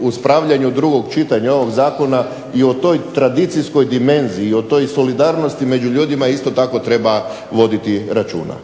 u spravljanju drugog čitanja ovog zakona i o toj tradicijskoj dimenziji, o toj solidarnosti među ljudima isto tako treba voditi računa.